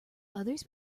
others